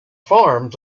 farms